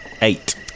eight